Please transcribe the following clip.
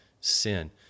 sin